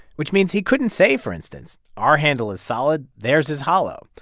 which means he couldn't say, for instance, our handle is solid, theirs is hollow.